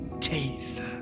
teeth